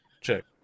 check